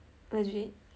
really